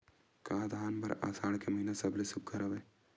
का धान बर आषाढ़ के महिना सबले सुघ्घर हवय?